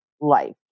life